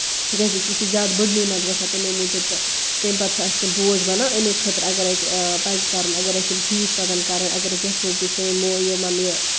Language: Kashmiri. جیسے کہِ یہِ چھِ زیادٕ بٔڑنٕے منٛز گژھان تَمے موٗجوٗب تہٕ تَمہِ پَتہٕ چھِ اَسہِ تِم بوج بَنان اَمہِ خٲطرٕ اَگر اَسہِ پَزِ کَرُن اَگر اَسہِ یِم ٹھیٖک پَزَن کَرٕنۍ اَگر أسۍ یَژھو کہِ سٲنۍ مویہِ یِمن یہِ